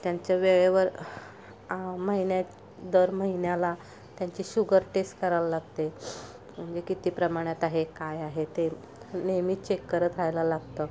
त्यांच्या वेळेवर महिन्यात दर महिन्याला त्यांची शुगर टेस्ट करायला लागते म्हणजे किती प्रमाणात आहे काय आहे ते नेहमी चेक करत राहायला लागतं